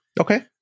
Okay